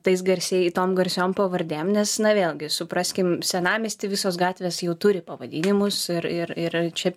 tais garsiai tom garsiom pavardėm nes na vėlgi supraskim senamiesty visos gatvės jau turi pavadinimus ir ir ir yra čia